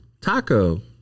Taco